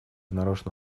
нарочно